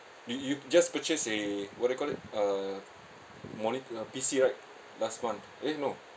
you you just purchased a what do you call it uh monit~ uh P_C right last month eh no